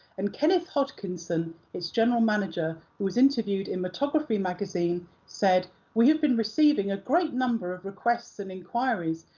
and kenneth hodkinson, its general manager who was interviewed in motography magazine who said, we have been receiving a great number of requests and inquiries,